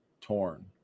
torn